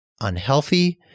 unhealthy